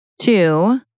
Two